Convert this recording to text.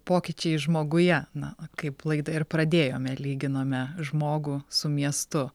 pokyčiais žmoguje na kaip laidą ir pradėjome lyginome žmogų su miestu